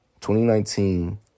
2019